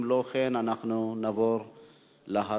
אם לא כן, אנחנו נעבור להצבעה.